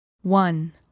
one